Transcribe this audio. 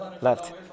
left